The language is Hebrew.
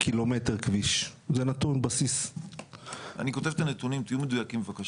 בניידות במחוז ש"י ביחס למחוזות אחרים של משטרת